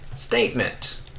Statement